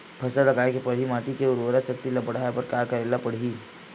फसल लगाय के पहिली माटी के उरवरा शक्ति ल बढ़ाय बर का करेला पढ़ही?